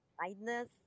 kindness